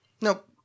Nope